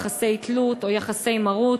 יחסי תלות או יחסי מרות,